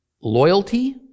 loyalty